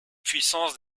puissances